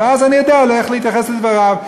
ואז אני אדע איך להתייחס לדבריו.